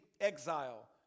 exile